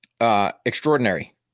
extraordinary